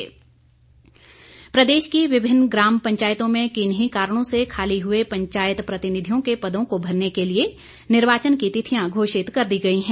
पंचायत उपचुनाव प्रदेश की विभिन्न ग्राम पंचायतों में किन्हीं कारणों से खाली हुए पंचायत प्रतिनिधियों के पदों को भरने के लिए निर्वाचन की तिथियां घोषित कर दी गई हैं